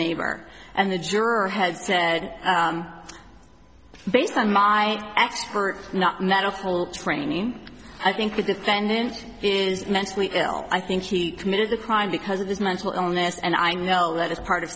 neighbor and the juror has said based on my expert not medical training i think the defendant is mentally ill i think she committed the crime because of his mental illness and i know that as part of